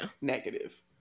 negative